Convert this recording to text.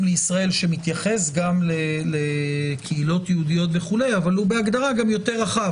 לישראל שמתייחס גם לקהילות יהודיות וכו' אבל בהגדרה גם יותר רחב.